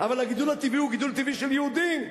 אבל הגידול הטבעי הוא גידול טבעי של יהודים,